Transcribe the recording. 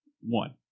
one